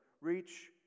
reach